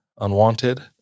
unwanted